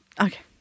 Okay